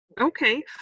Okay